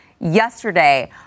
yesterday